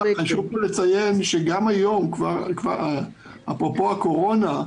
חשוב לי לציין שגם היום, אפרופו הקורונה,